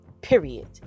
Period